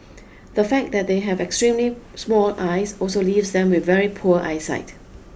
the fact that they have extremely small eyes also leaves them with very poor eyesight